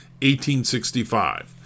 1865